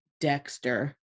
Dexter